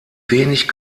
wenig